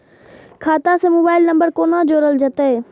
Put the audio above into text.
खाता से mobile number कोना जोरल जेते?